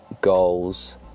goals